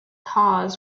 hawes